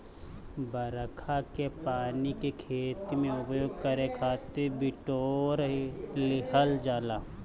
बरखा के पानी के खेती में उपयोग करे खातिर बिटोर लिहल जाला